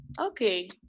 okay